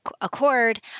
accord